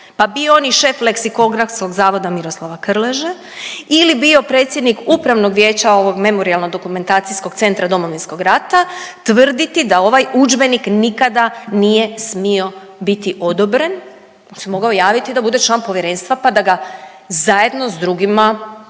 pa bio on i šef Leksikografskog zavoda Miroslava Krleže ili bio predsjednik upravnog vijeća ovog memorijalno dokumentacijskog centra Domovinskog rata, tvrditi da ovaj udžbenik nikada nije smio biti odobren. On se mogao javiti da bude član Povjerenstva pa da ga zajedno s drugima procjenjuje